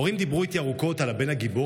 ההורים דיברו איתי ארוכות על הבן הגיבור,